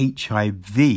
HIV